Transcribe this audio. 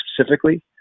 specifically